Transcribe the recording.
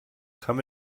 come